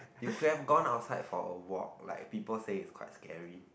you could have gone outside for a walk like people say it's quite scary